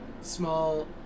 small